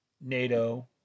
NATO